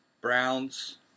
Browns